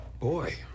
Boy